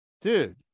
Dude